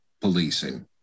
policing